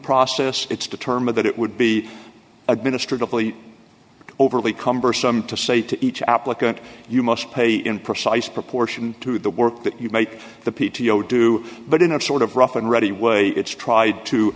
process it's determined that it would be administered awfully overly cumbersome to say to each applicant you must pay in precise proportion to the work that you make the p t o do but in a sort of rough and ready way it's tried to